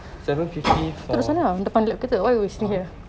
seven fifty for ah eh